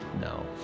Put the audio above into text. No